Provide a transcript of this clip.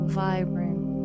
vibrant